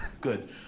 good